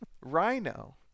Rhino